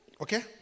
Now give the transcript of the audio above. Okay